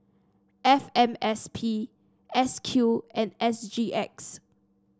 F M S P S Q and S G X